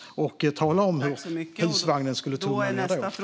Hur skulle inte husvagnen tumla ned då!